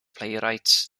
playwright